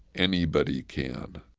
anybody can.